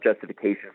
justification